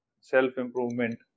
self-improvement